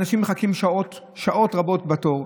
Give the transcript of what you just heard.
אנשים מחכים שעות רבות בתור,